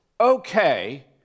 okay